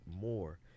more